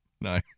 No